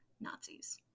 Nazis